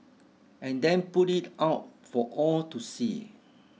and then put it out for all to see